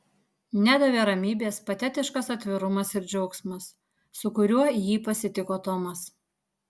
nedavė ramybės patetiškas atvirumas ir džiaugsmas su kuriuo jį pasitiko tomas